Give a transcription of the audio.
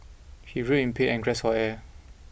he writhed in pain and grasp for air